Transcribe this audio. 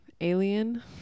alien